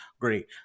great